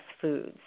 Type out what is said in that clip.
foods